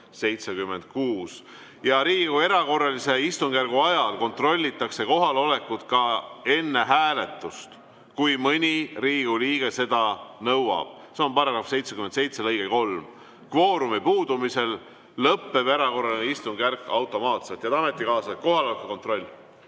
76. Riigikogu erakorralise istungjärgu ajal kontrollitakse kohalolekut ka enne hääletust, kui mõni Riigikogu liige seda nõuab. See on § 77 lõige 3. Kvoorumi puudumisel lõpeb erakorraline istungjärk automaatselt. Head ametikaaslased, kohaloleku kontroll.